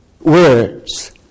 words